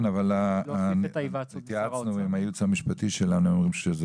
להוסיף את ההיוועצות עם שר האוצר.